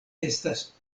estas